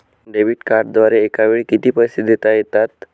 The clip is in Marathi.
डेबिट कार्डद्वारे एकावेळी किती पैसे देता येतात?